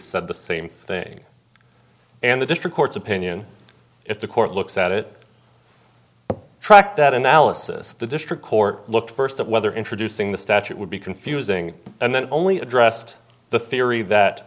said the same thing and the district court's opinion if the court looks at it tracked that analysis the district court looked first at whether introducing the statute would be confusing and then only addressed the theory that